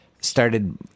Started